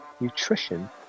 nutrition